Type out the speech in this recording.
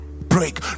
break